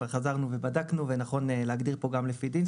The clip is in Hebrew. חזרנו ובדקנו ונכון להגדיר פה גם לפי דין.